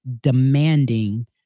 demanding